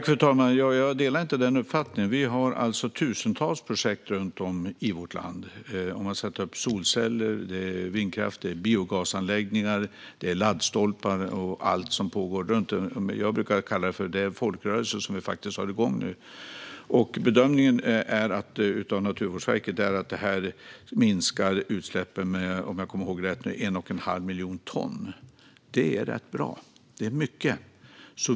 Fru talman! Jag delar inte den uppfattningen. Vi har tusentals projekt runt om i vårt land. Det handlar om att sätta upp solceller. Det handlar om vindkraft, biogasanläggningar, laddstolpar och allt annat som pågår runt om i landet. Jag brukar säga att det är en folkrörelse som vi nu har igång. Naturvårdsverkets bedömning är att detta minskar utsläppen med 1 1⁄2 miljon ton, om jag kommer ihåg rätt. Det är rätt bra. Det är mycket.